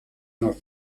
nach